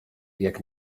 jak